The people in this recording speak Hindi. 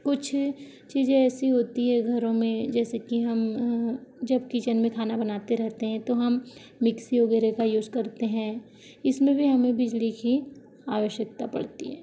कुछ चीज़ें ऐसी होती हैं घरों में जैसे कि हम जब किचन में खाना बनाते रहते हैं तो हम मिक्सी वगैरह का यूज़ करते हैं इसमें भी हमें बिजली की आवश्यकता पड़ती है